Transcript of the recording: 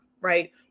Right